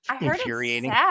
infuriating